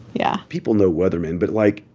yeah people know weathermen. but, like,